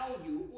value